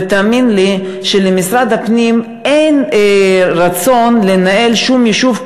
ותאמין לי שלמשרד הפנים אין רצון לנהל שום יישוב,